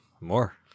More